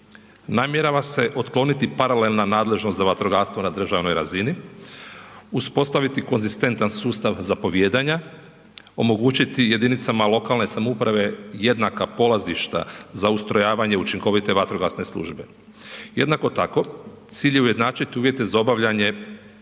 namjerava se otkloniti paralelna nadležnost za vatrogastvo na državnoj razini, uspostaviti konzistentan sustav zapovijedanja, omogućiti jedinicama lokalne samouprave jednaka polazišta za ustrojavanje učinkovite vatrogasne službe. Jednako tako cilj je ujednačiti uvjete za obavljanje